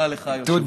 תודה לך, היושב-ראש.